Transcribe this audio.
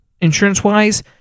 insurance-wise